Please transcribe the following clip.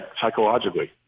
psychologically